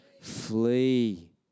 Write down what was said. Flee